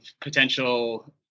potential